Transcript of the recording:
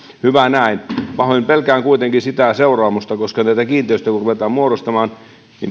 hyvä näin pahoin pelkään kuitenkin sitä seuraamusta että kun näitä kiinteistöjä ruvetaan muodostamaan